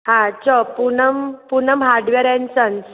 हा चओ Poonam Poonam hardware and sons